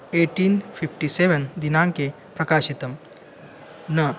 eighteen fifty seven दिनाङ्के प्रकाशितं न